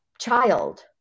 child